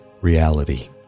reality